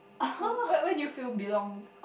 oh where where do you feel belonged